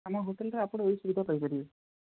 ଆମ ହୋଟେଲରେ ଆପଣ ଏହି ସୁବିଧା ପାଇପାରିବେ